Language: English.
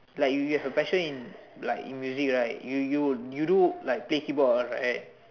like if you have passion in like music right you you you do play keyboard one right